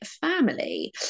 family